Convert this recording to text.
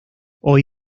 hoy